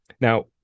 now